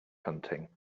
hunting